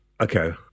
Okay